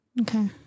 okay